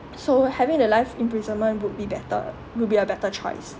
so having the life imprisonment would be better would be a better choice